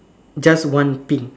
just one pink